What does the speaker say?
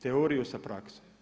Teoriju sa praksom.